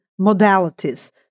modalities